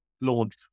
launch